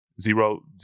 Zero